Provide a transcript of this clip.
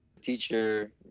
teacher